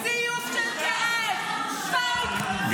פייק.